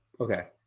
okay